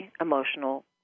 emotional